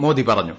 മോദി പറഞ്ഞു